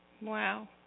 Wow